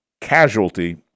casualty